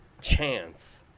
Chance